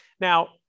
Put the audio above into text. now